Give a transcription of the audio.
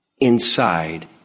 inside